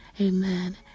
amen